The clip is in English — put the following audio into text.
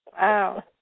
Wow